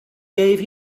gave